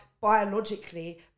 biologically